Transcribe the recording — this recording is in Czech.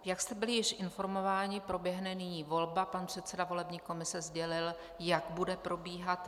Jak jste byli již informováni, proběhne nyní volba, pan předseda volební komise sdělil, jak bude probíhat.